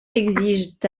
exigent